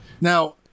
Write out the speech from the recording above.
Now